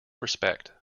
respect